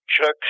Chuck